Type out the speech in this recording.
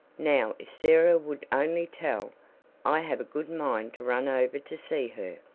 now if sarah would only tell i have a good mind to run over to see her.